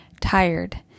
tired